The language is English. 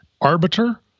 arbiter